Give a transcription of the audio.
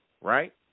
right